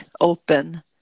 open